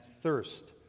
thirst